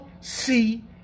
see